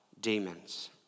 demons